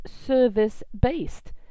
service-based